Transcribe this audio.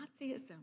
Nazism